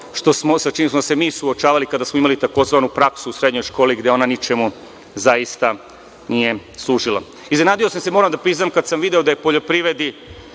na ono sa čim smo se mi suočavali kada smo imali takozvanu praksu u srednjoj školi gde ona ničemu zaista nije služila. Iznenadio sam se, moram da priznam, kada sam video da je poljoprivredi